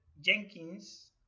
Jenkins